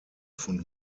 von